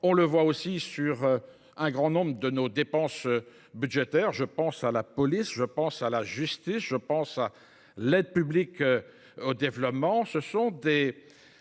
le voyons aussi sur un grand nombre de nos dépenses budgétaires : je pense à la police, à la justice, à l’aide publique au développement.